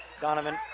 Donovan